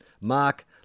Mark